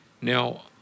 Now